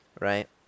Right